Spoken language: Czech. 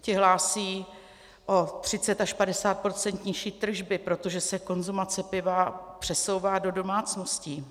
Ty hlásí o 30 až 50 % nižší tržby, protože se konzumace piva přesouvá do domácností.